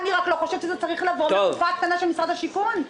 אני רק לא חושבת שזה צריך לבוא מהקופה הקטנה של משרד השיכון.